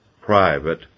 private